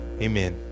Amen